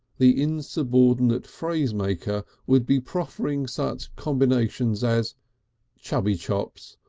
the insubordinate phrasemaker would be proffering such combinations as chubby chops,